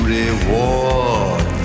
reward